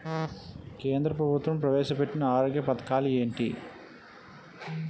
కేంద్ర ప్రభుత్వం ప్రవేశ పెట్టిన ఆరోగ్య పథకాలు ఎంటి?